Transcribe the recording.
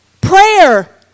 Prayer